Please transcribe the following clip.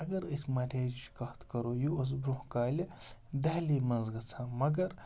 اَگَر أسۍ مَلیریاہٕچ کَتھ کَرو یہِ اوس برٛوںٛہہ کالہِ دہلی منٛز گژھان مگر